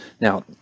now